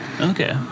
Okay